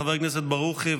חבר הכנסת ברוכי,